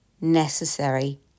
necessary